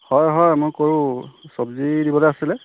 হয় হয় মই কৰোঁ চব্জি দিবলৈ আছিলে